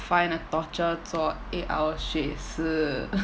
find a torture 做 eight hour shifts 是